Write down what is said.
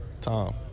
Tom